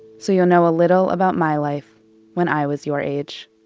so you'll know a little about my life when i was your age.